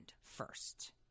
first